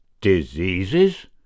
Diseases